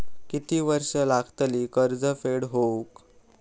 किती वर्षे लागतली कर्ज फेड होऊक?